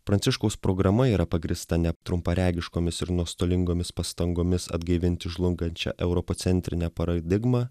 pranciškaus programa yra pagrįsta net trumparegiškomis ir nuostolingomis pastangomis atgaivinti žlungančią europo centrinę paradigmą